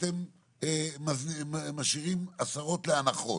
אתם משאירים עשרות לאנחות.